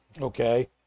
Okay